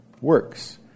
Works